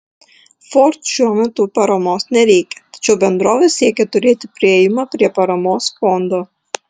ford šiuo metu paramos nereikia tačiau bendrovė siekia turėti priėjimą prie paramos fondo